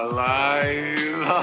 Alive